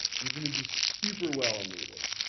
you're gonna do super well on native,